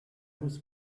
was